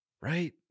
right